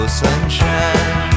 sunshine